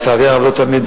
לצערי הרב לא תמיד,